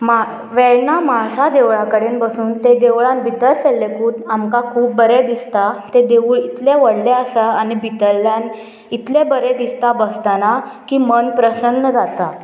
मा वेर्णा म्हाळसा देवळा कडेन बसून ते देवळान भितर सरलेकूत आमकां खूब बरें दिसता तें देवूळ इतलें व्हडलें आसा आनी भितरल्यान इतलें बरें दिसता बसतना की मन प्रसन्न जाता